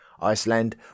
Iceland